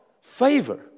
favor